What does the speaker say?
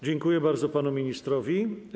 Dziękuję bardzo panu ministrowi.